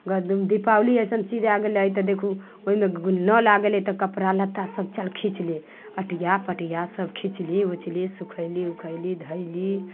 दीपावली एसन चीज आ गेलै तऽ देखू ओइमे नल लागल हय तऽ कपड़ा लत्ता सब चलू खीञ्च लेब अटिया पटिया सब खीञ्चली उचली सूखेली उखेली धैली